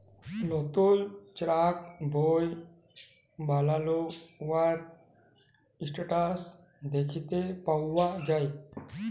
লতুল চ্যাক বই বালালে উয়ার ইসট্যাটাস দ্যাখতে পাউয়া যায়